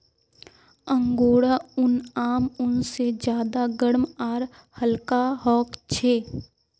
angora ऊन आम ऊन से ज्यादा गर्म आर हल्का ह छे